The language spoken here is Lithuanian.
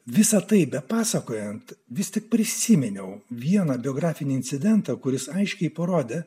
visa tai be pasakojant vis tik prisiminiau vieną biografinį incidentą kuris aiškiai parodė